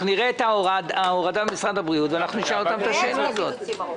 נראה את ההורדה ממשרד הבריאות ונשאל אותם את השאלה הזאת.